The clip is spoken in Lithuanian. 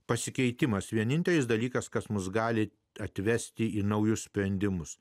pasikeitimas vienintelis dalykas kas mus gali atvesti į naujus sprendimus